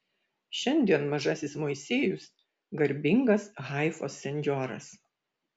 šiandien mažasis moisiejus garbingas haifos senjoras